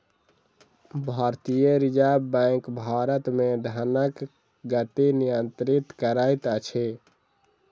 भारतीय reserve bank Bharat मे धनक गति नियंत्रित करैत अछि